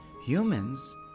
Humans